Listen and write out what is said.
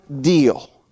deal